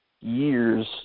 years